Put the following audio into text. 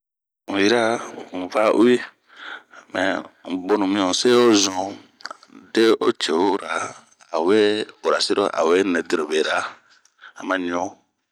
N'yiraah ,n'va uwi,n 'bonu mi nse nsunh de'o ce'uh.awe urasiro a we de ce'ura ,a'o we nɛɛ diro bee ra.